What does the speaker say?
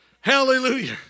Hallelujah